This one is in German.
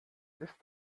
ist